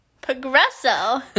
Progresso